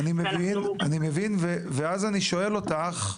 טוב, אני מבין ואז אני שואל אותך,